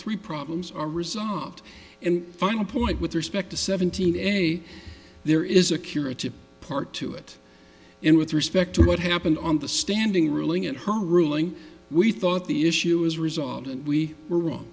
three problems are result and final point with respect to seventeen a there is a curative part to it and with respect to what happened on the standing ruling in her ruling we thought the issue is resolved and we were wrong